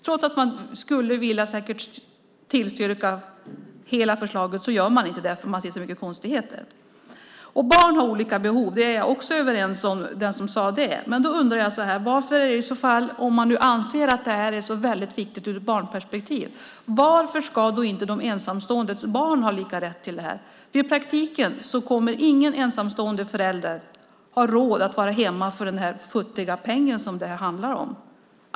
Trots att man säkert skulle vilja tillstyrka hela förslaget gör man inte det, för man ser så mycket konstigheter. Barn har olika behov, jag är överens med den som sade det, men då undrar jag: Om man nu anser att det här är så väldigt viktigt ur ett barnperspektiv, varför ska då inte de ensamståendes barn ha samma rätt? I praktiken kommer ingen ensamstående förälder att ha råd att vara hemma för den futtiga peng som det handlar om.